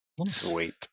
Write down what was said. Sweet